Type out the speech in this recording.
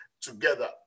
together